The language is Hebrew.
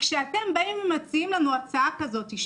כשאתם באים ומציעים לנו הצעה כזאתי,